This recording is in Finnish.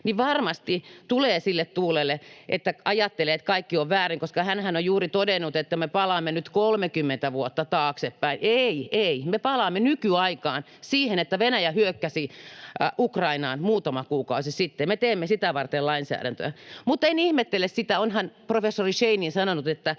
niin varmasti tulee sille tuulelle, että ajattelee, että kaikki on väärin, koska hänhän on juuri todennut, että me palaamme nyt 30 vuotta taaksepäin. Ei, ei, me palaamme nykyaikaan, siihen, että Venäjä hyökkäsi Ukrainaan muutama kuukausi sitten, me teemme sitä varten lainsäädäntöä. Mutta en ihmettele sitä. Onhan professori Scheinin sanonut, että